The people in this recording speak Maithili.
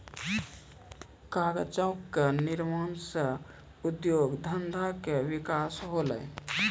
कागजो क निर्माण सँ उद्योग धंधा के विकास होलय